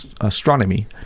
astronomy